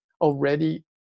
already